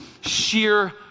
sheer